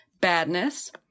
badness